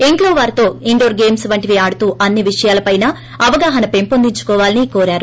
ఇంట్లో వారితో indoor games వంటివి ఆడుతూ అన్ని విషయాలపై అవగాహన పెంపొందించుకోవాలని కోరారు